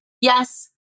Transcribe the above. yes